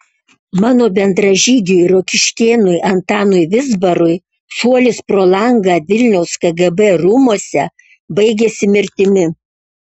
mano bendražygiui rokiškėnui antanui vizbarui šuolis pro langą vilniaus kgb rūmuose baigėsi mirtimi